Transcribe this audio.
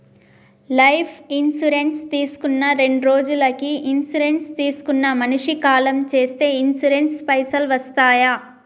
Life insurance తీసుకున్న రెండ్రోజులకి insurance తీసుకున్న మనిషి కాలం చేస్తే ఇన్సూరెన్స్ పైసల్ వస్తయా?